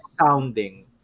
sounding